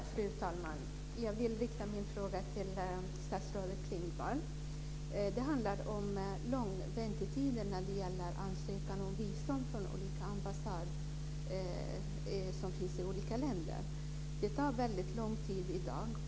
Fru talman! Jag vill rikta min fråga till statsrådet Det handlar om långa väntetider när det gäller ansökan om visum från ambassader i olika länder. Det tar väldigt lång tid i dag.